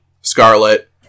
Scarlet